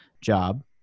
job